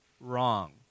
wrong